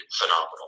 phenomenal